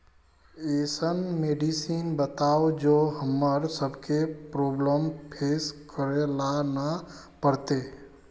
ऐसन मेडिसिन बताओ जो हम्मर सबके प्रॉब्लम फेस करे ला ना पड़ते?